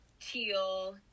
Teal